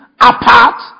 apart